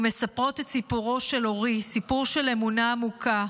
ומספרות את סיפורו של אורי, סיפור של אמונה עמוקה,